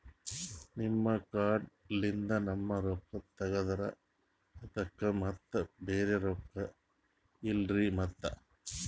ನಿಮ್ ಕಾರ್ಡ್ ಲಿಂದ ನಮ್ ರೊಕ್ಕ ತಗದ್ರ ಅದಕ್ಕ ಮತ್ತ ಬ್ಯಾರೆ ರೊಕ್ಕ ಇಲ್ಲಲ್ರಿ ಮತ್ತ?